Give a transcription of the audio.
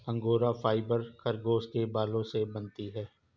angora fibre खरगोश के बालों से बनती है